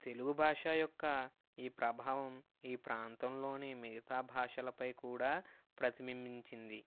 తెలుగు భాష యొక్క ఈ ప్రభావం ఈ ప్రాంతంలోని మిగతా భాషలపై కూడా ప్రతిబింబించింది